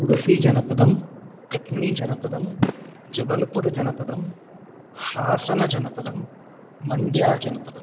उडुपिजनपदं कट्नीजनपदं जबल्पुरजनपदं हासनजनपदं मण्ड्याजनपदं